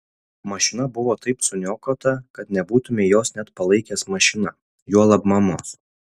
mašina buvo taip suniokota kad nebūtumei jos net palaikęs mašina juolab mamos